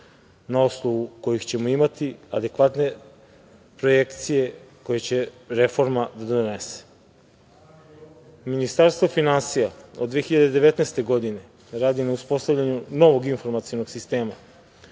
na osnovu kojih ćemo imati adekvatne projekcije koje će reforma da donese. Ministarstvo finansija od 2019. godine radi na uspostavljanju novog informacionog sistema,